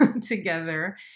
together